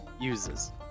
uses